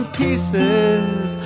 pieces